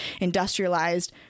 industrialized